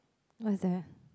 what is there